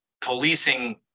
policing